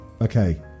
Okay